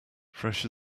fresh